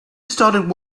started